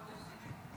הוא רוצה לדבר.